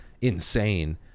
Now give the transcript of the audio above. insane